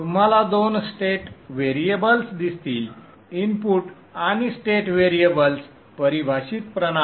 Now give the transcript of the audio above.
तुम्हाला दोन state variables दिसतील इनपुट आणि स्टेट व्हेरिएबल्स परिभाषित प्रणाली